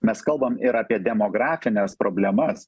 mes kalbam ir apie demografines problemas